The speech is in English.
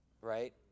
right